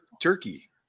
turkey